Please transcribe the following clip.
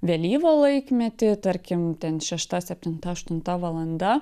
vėlyvą laikmetį tarkim ten šešta septinta aštunta valanda